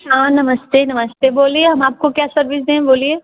हाँ नमस्ते नमस्ते बोलिए हम आपको क्या सर्विस दे बोलिए